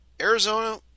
Arizona